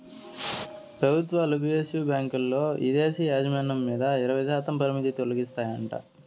పెబుత్వాలు పి.ఎస్.యు బాంకీల్ల ఇదేశీ యాజమాన్యం మీద ఇరవైశాతం పరిమితి తొలగిస్తాయంట